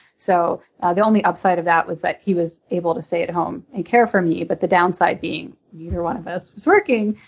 so ah the only upside of that was that he was able to stay at home and care for me, but the downside being neither one of us was working.